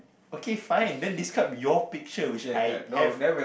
okay fine then describe your picture which I have